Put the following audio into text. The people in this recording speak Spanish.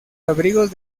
abrigos